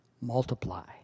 Multiply